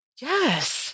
Yes